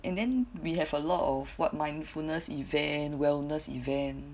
and then we have a lot of what mindfulness event wellness event